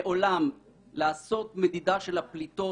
מעולם לעשות מדידה של הפליטות.